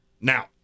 Now